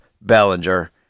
bellinger